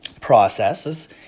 processes